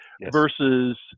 versus